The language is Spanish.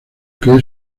que